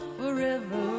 forever